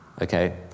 Okay